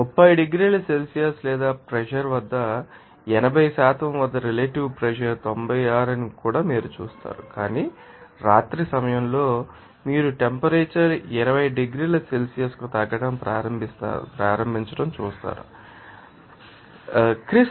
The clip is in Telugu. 30 డిగ్రీల సెల్సియస్ లేదా ప్రెషర్ వద్ద 80 వద్ద రిలేటివ్ ప్రెషర్ 96 అని మీరు ఇక్కడ చూస్తారు కాని రాత్రి సమయంలో మీరు టెంపరేచర్ 20 డిగ్రీల సెల్సియస్కు తగ్గడం ప్రారంభిస్తారని మీరు చూస్తారు క్రిస్ తరువాత 0